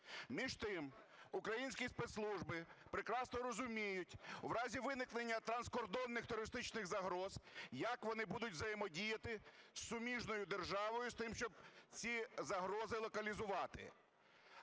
Між тим, українські спецслужби прекрасно розуміють, в разі виникнення транскордонних терористичних загроз, як вони будуть взаємодіяти з суміжною державою з тим, щоб ці загрози локалізувати.